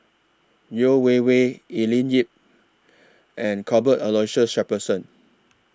Yeo Wei Wei Evelyn Lip and Cuthbert Aloysius Shepherdson